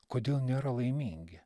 kodėl nėra laimingi